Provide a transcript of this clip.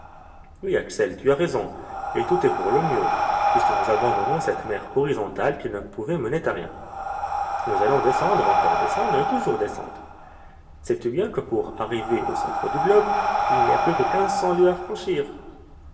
oui axel tu as raison et tout est pour le mieux puisque nous abandonnons cette mer horizontale qui ne pouvait mener à rien nous allons descendre encore descendre et toujours descendre sais-tu bien que pour arriver au centre du globe il n'y a plus que quinze